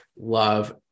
love